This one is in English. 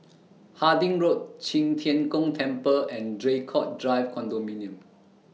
Harding Road Qi Tian Gong Temple and Draycott Drive Condominium